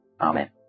Amen